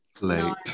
Late